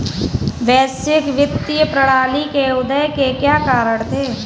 वैश्विक वित्तीय प्रणाली के उदय के क्या कारण थे?